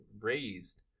raised